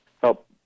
help